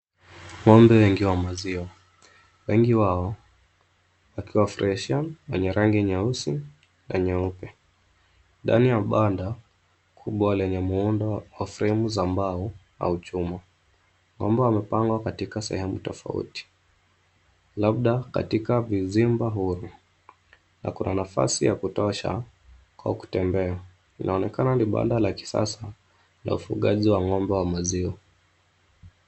Ng'ombe wengi wa maziwa. Wengi wao, wakiwa Freshian wenye rangi nyeusi, na nyeupe. Ndani ya banda, kubwa lenye muundo wa fremu za mbao, au chuma. Ng'ombe wamepangwa katika sehemu tofauti. Labda katika vizimba huru. Na kuna nafasi ya kutosha, kwa kutembea. Inaonekana ni banda la kisasa, la ufugaji wa ng'ombe wa maziwa.